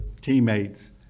teammates